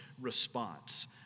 response